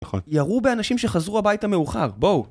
נכון. ירו באנשים שחזרו הביתה מאוחר. בואו.